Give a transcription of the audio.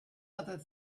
other